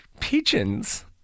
Pigeons